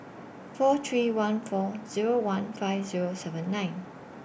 four three one four Zero one five Zero seven nine